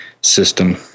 system